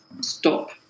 stop